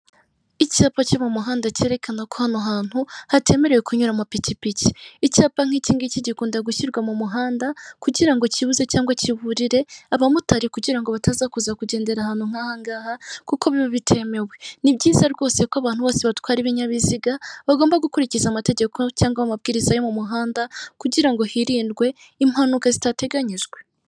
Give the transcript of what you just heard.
Icyapa cyo mu muhanda cyerekana ko hano hantu hatemerewe kunyura amapikipiki, icyapa nk'iki ngiki gikunda gushyirwa mu muhanda kugira ngo kibuze cyangwa kiburire abamotari kugira ngo bataza kuza kugendera ahantu nk'ahaha kuko bitemewe. Ni byiza rwose ko abantu bose batwara ibinyabiziga bagomba gukurikiza amategeko cyangwa amabwiriza yo mu muhanda kugira ngo hirindwe impanuka zitateganyijwe.